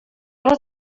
was